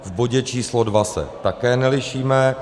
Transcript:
V bodě číslo II se také nelišíme.